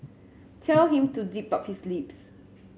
tell him to zip up his lips